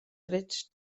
trets